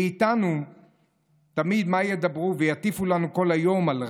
ואיתנו תמיד מה ידברו ויטיפו לנו כל היום על רגש,